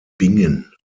bingen